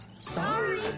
Sorry